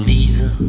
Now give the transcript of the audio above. Lisa